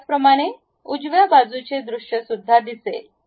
त्याचप्रमाणे उजव्या बाजूचे दृश्य दिसेल